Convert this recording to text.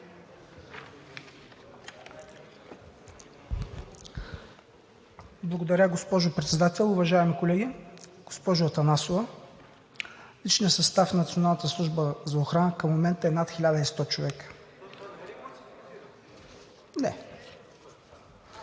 Благодаря, госпожо Председател. Уважаеми колеги! Госпожо Атанасова, личният състав на Националната служба за охрана към момента е над 1100 човека.